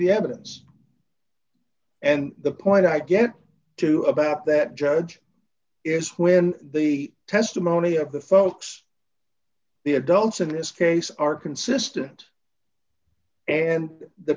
the evidence and the point i get to about that judge is when the testimony of the folks the adults in this case are consistent and the